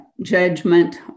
judgment